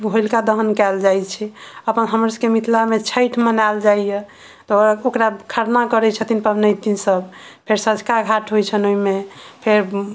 होलिका दहन कयल जाइ छै अपन हमरा सबके मिथिला मे छठि मनायल जाइया तऽ ओकरा खरना करै छथिन पबनैतिन सब फेर सँझुका घाट होइ छनि ओहिमे फेर